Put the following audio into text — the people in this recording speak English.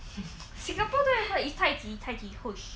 singapore don't have a 一太极太极 push